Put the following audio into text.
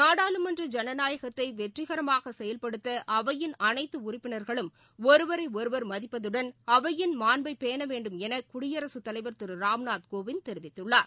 நாடாளுமன்ற ஜனநாயகத்தை வெற்றிகரமாக செயவ்படுத்த அவையின் அனைத்து உறுப்பினர்களும் ஒருவரை ஒருவர் மதிப்பதுடன் அவையின் மாண்பை பேண்டும் வேண்டும் என குடியரக தலைவர் திரு ராம்நாத் கோவிந்த் தெரிவித்துள்ளார்